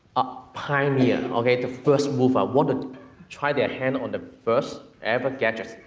pioneer, and and okay, the first mover, want to try their hand on the first ever gadgets.